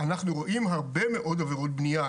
אנחנו רואים הרבה מאוד עבירות בנייה.